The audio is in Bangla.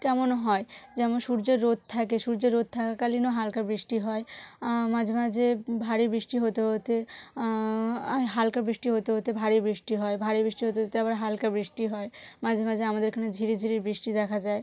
কেমন হয় যেমন সূর্যের রোদ থাকে সূর্যের রোদ থাকাকালীনও হালকা বৃষ্টি হয় মাঝে মাঝে ভারী বৃষ্টি হতে হতে এই হালকা বৃষ্টি হতে হতে ভারী বৃষ্টি হয় ভারী বৃষ্টি হতে হতে আবার হালকা বৃষ্টি হয় মাঝে মাঝে আমাদের এখানে ঝিরিঝিরি বৃষ্টি দেখা যায়